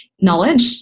knowledge